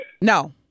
No